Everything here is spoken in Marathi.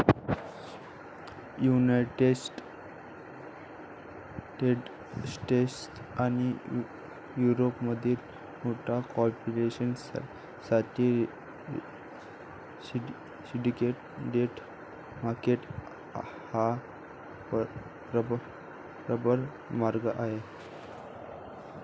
युनायटेड स्टेट्स आणि युरोपमधील मोठ्या कॉर्पोरेशन साठी सिंडिकेट डेट मार्केट हा प्रबळ मार्ग आहे